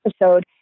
episode